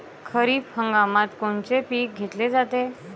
खरिप हंगामात कोनचे पिकं घेतले जाते?